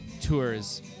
tours